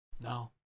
No